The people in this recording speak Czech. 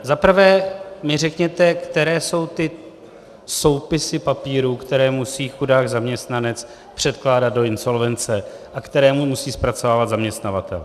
Zaprvé mi řekněte, které jsou ty soupisy papírů, které musí chudák zaměstnanec předkládat do insolvence a které mu musí zpracovávat zaměstnavatel.